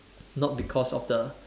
not because of the